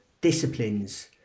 disciplines